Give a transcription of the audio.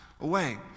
away